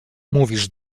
mówisz